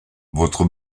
votre